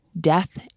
death